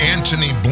Anthony